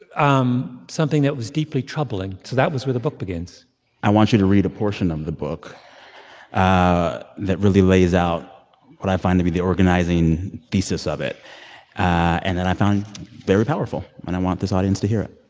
um something that was deeply troubling. so that was where the book begins i want you to read a portion of the book that really lays out what i find to be the organizing thesis of it and that i found very powerful. and i want this audience to hear it